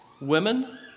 women